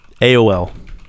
AOL